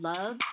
Love